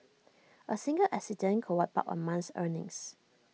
A single accident could wipe out A month's earnings